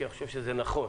כי אני חושב שזה נכון.